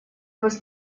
вас